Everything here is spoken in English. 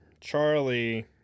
Charlie